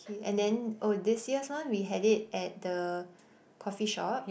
K and then oh this year's one we had it at the coffee shop